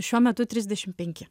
šiuo metu trisdešim penki